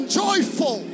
joyful